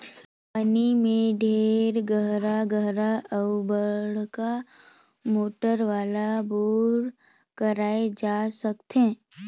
company में ढेरे गहरा गहरा अउ बड़का मोटर वाला बोर कराए जा सकथे